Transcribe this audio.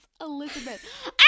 Elizabeth